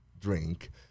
drink